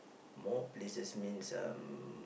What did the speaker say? more places means um